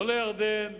לא לירדן,